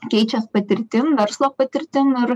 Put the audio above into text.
keičias patirtim verslo patirtim ir